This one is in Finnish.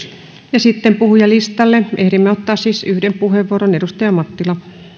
ja sitten puhujalistalle ehdimme ottaa siis yhden puheenvuoron edustaja mattila